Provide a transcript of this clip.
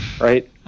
right